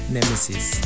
Nemesis